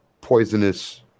poisonous